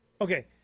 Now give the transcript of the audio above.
Okay